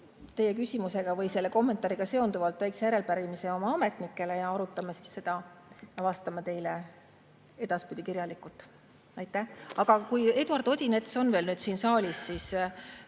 teie küsimusega või selle kommentaariga seonduvalt väikese järelepärimise oma ametnikele. Arutame seda ja vastame teile edaspidi kirjalikult. Aga kui Eduard Odinets on veel siin saalis ...